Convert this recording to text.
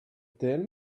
tell